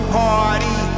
party